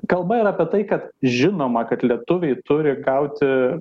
kalba yra apie tai kad žinoma kad lietuviai turi gauti